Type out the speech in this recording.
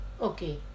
Okay